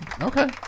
okay